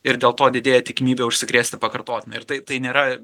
ir dėl to didėja tikimybė užsikrėsti pakartotinai ir taip tai nėra